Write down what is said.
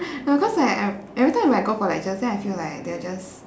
no cause like e~ every time when I go for lectures then I feel like they're just